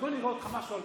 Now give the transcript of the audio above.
בוא נראה אותך, משהו על